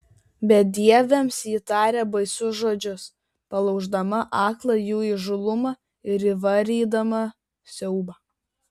bedieviams ji tarė baisius žodžius palauždama aklą jų įžūlumą ir įvarydama siaubą